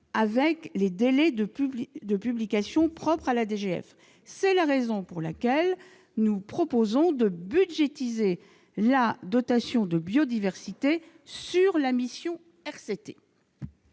avec les délais de publication propres à la DGF. C'est la raison pour laquelle nous proposons d'inscrire la dotation de biodiversité sur les crédits de